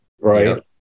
right